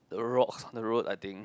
the rock the road I think